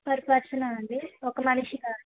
per పర్సనా అండి ఒక మనిషికా